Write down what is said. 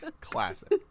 Classic